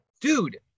dude